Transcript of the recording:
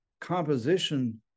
composition